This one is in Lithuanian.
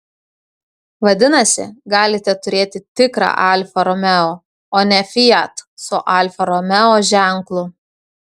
vadinasi galite turėti tikrą alfa romeo o ne fiat su alfa romeo ženklu